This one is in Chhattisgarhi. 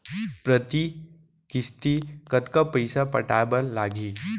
प्रति किस्ती कतका पइसा पटाये बर लागही?